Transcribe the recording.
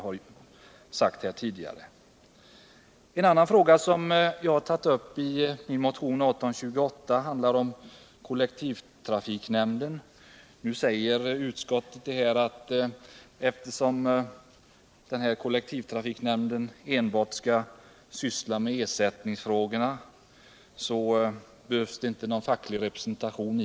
I min motion 1828 har jag tagit upp frågan om kollektivtrafiknämnden. Utskottet skriver att eftersom nämnden enbart skall syssla med ersättningsfrågor så behövs det inte någon facklig representation.